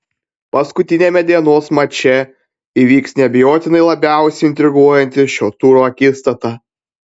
paskutiniame dienos mače įvyks neabejotinai labiausiai intriguojanti šio turo akistata